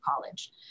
college